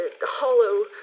hollow